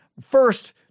first